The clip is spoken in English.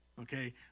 okay